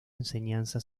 enseñanza